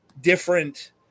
different